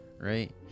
right